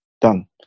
done